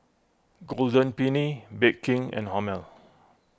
Golden Peony Bake King and Hormel